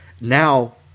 Now